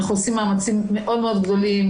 אנחנו עושים מאמצים מאוד מאוד גדולים.